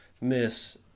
miss